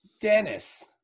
Dennis